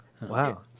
Wow